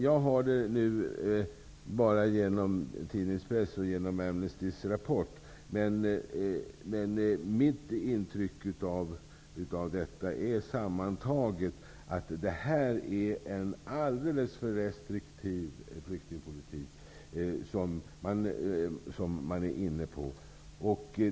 Jag har fått information endast via tidningspress och Amnestys rapport, men mitt intryck sammantaget är att man är inne på en alldeles för restriktiv flyktingpolitik.